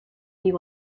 you